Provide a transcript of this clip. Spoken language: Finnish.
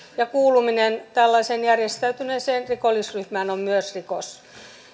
ja kuuluminen tällaiseen järjestäytyneeseen rikollisryhmään on myös rikos